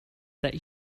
that